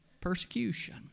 Persecution